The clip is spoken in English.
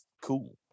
cool